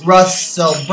Russell